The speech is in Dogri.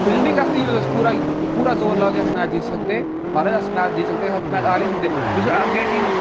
फीलडिंग आस्तै नेईं अस पूरा जोर लागे अस मैच जित्ती सकदे महाराज अस मैच जित्ती सकदे अस मैच हारी नेईं सकदे बेशक अग्गै टीम